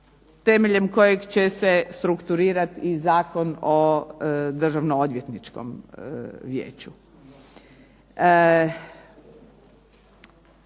temeljem kojeg će se strukturirati i Zakon o Državno-odvjetničkom vijeću.